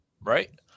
right